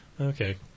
Okay